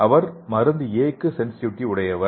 அவர் மருந்து A க்கு sensitivity உடையவர்